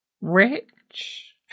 Rich